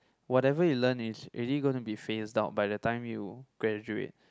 whatever you learnt is already going to phase out by the time you graduate